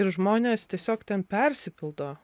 ir žmonės tiesiog ten persipildo